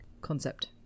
concept